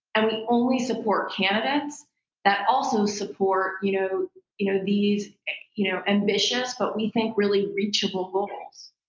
and we only support candidates that also support you know you know these you know ambitious, but we think really reachable, goals.